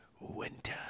Winter